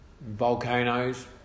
volcanoes